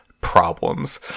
problems